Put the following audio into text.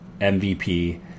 MVP